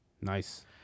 Nice